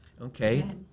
okay